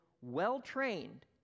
well-trained